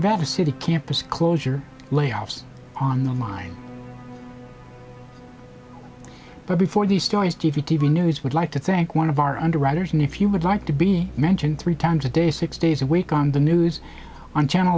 that a city campus closure layoffs on the line but before these stories give you t v news would like to thank one of our underwriters and if you would like to be mentioned three times a day six days a week on the news on channel